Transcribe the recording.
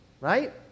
Right